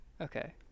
okay